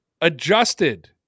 Adjusted